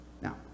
now